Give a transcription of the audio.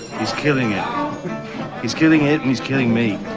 he's killing it he's killing it and he's killing me